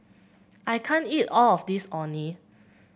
I can't eat all of this Orh Nee